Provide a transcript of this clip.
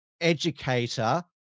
educator